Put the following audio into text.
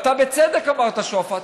אתה בצדק אמרת שועפאט,